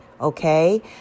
okay